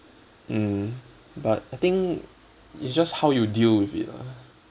mm but I think it's just how you deal with it ah